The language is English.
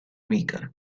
rica